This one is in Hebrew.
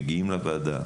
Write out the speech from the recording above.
מגיעים לוועדה,